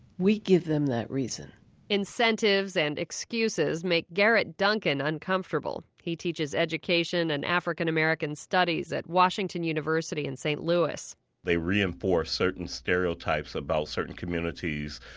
we give them that reason incentives and excuses makes garrett duncan uncomfortable. he teaches education and african american studies at washington university in st. louis they reinforce certain stereotypes about certain communities,